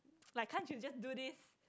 like can't you just do this